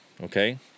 okay